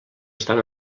estan